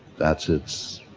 that's its,